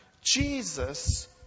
Jesus